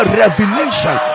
revelation